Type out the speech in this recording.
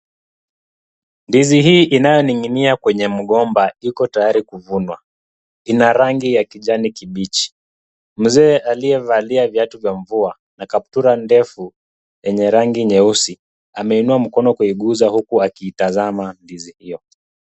Ndizi hii inayoning'inia kwenye mgomba iko tayari kuvunwa. Ina rangi ya kijani kibichi. Mzee aliyevalia viatu vya mvua na kaptura ndefu yenye rangi nyeusi, ameinua mikono kuiguza na huku akiitazama ndizi hio.